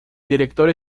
director